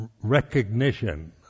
recognition